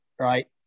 right